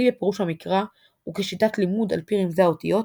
בפירוש המקרא וכשיטת לימוד על פי רמזי האותיות,